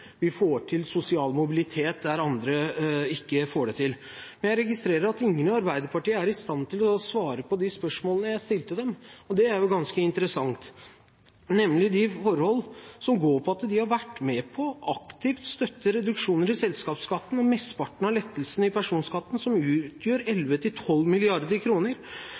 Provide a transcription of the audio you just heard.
Vi får til sosial mobilitet der andre ikke får det til. Men jeg registrerer at ingen i Arbeiderpartiet er i stand til å svare på de spørsmålene jeg stilte dem – og det er jo ganske interessant – nemlig om de forhold som går på at de aktivt har vært med på å støtte reduksjoner i selskapsskatten og mesteparten av lettelsene i personskatten, som utgjør